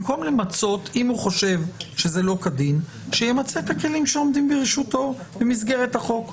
הוא חושב שזה לא כדין שימצה את הכלים שעומדים ברשותו במסגרת החוק.